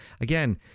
Again